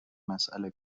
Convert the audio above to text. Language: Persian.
مسئله